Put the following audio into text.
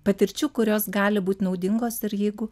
patirčių kurios gali būt naudingos ir jeigu